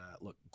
look